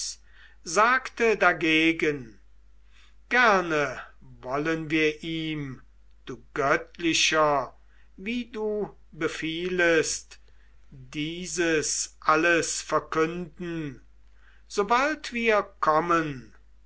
sagte dagegen gerne wollen wir ihm du göttlicher wie du befiehlest dieses alles verkünden sobald wir kommen